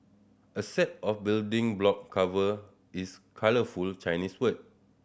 a set of building block covered is colourful Chinese word